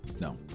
no